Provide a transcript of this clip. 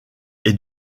est